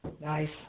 Nice